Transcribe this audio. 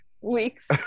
weeks